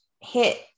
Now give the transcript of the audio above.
hit